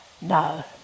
no